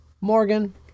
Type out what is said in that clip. Morgan